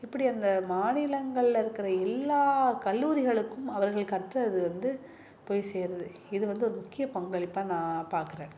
இப்படி அந்த மாநிலங்களில் இருக்கிற எல்லா கல்லூரிகளுக்கும் அவர்கள் கற்றது வந்து போய் சேருது இது வந்து ஒரு முக்கிய பங்களிப்பாக நான் பார்க்குறேன்